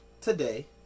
today